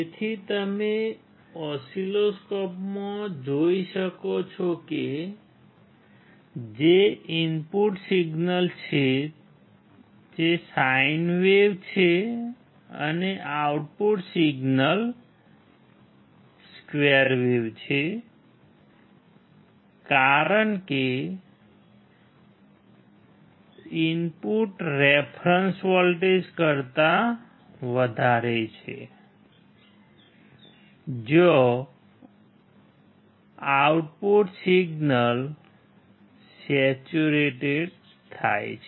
જેમ તમે ઓસિલોસ્કોપમાં થાય છે